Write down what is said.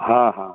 हाँ हाँ